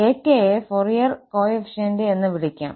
𝑎𝑘 യെ Fourier coefficient എന്നുവിളിക്കാം